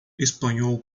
espanhol